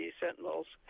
sentinels